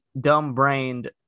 dumb-brained